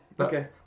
okay